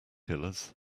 killers